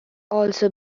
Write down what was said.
also